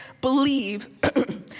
believe